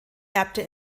erbte